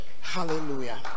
Hallelujah